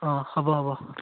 অঁ হ'ব হ'ব